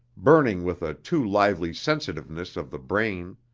burning with a too lively sensitiveness of the brain,